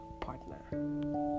partner